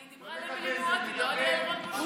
היא דיברה על אמילי מואטי ולא על יעל רון בן משה.